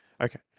okay